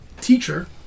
teacher